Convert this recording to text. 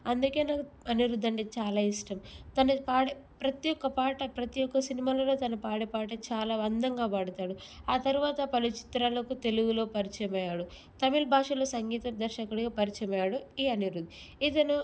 అందుకే నాకు అనిరుద్ అంటే చాలా ఇష్టం తను పాడే ప్రతీ ఒక్క పాట ప్రతీ ఒక్క సినిమాల్లో తను పాడే పాట చాలా అందంగా పాడతాడు ఆ తరువాత పలు చిత్రాలకు తెలుగులో పరిచయం అయ్యాడు తమిళ భాషలో సంగీత దర్శకుడిగా పరిచయం అయ్యాడు ఈ అనిరుద్ ఇతను